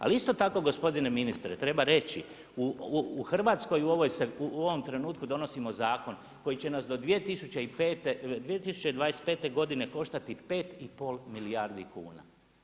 Ali isto tako gospodine ministre treba reći, u Hrvatskoj u ovom trenutku donosimo zakon koji će nas do 2025. godine koštati 5 i pol milijardi kuna.